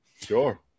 Sure